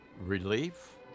relief